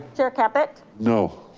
chair caput? no,